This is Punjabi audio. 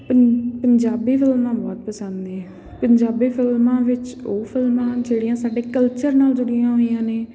ਪਨ ਪੰਜਾਬੀ ਫਿਲਮਾਂ ਬਹੁਤ ਪਸੰਦ ਨੇ ਪੰਜਾਬੀ ਫਿਲਮਾਂ ਵਿੱਚ ਉਹ ਫਿਲਮਾਂ ਜਿਹੜੀਆਂ ਸਾਡੇ ਕਲਚਰ ਨਾਲ ਜੁੜੀਆਂ ਹੋਈਆਂ ਨੇ